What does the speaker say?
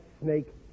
Snake